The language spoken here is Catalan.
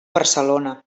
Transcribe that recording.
barcelona